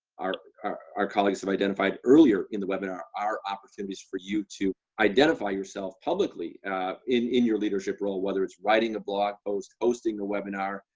our our colleagues have identified earlier in the webinar, are opportunities for you to identify yourself publicly in in your leadership role, whether it's writing a blog post, hosting a webinar,